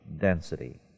density